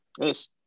Yes